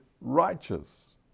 righteous